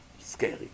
Scary